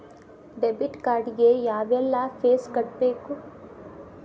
debit card ಗೆ ಯಾವ್ಎಲ್ಲಾ fees ಕಟ್ಬೇಕು